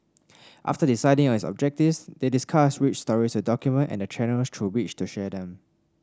after deciding on its objectives they discussed which stories to document and the channels through which to share them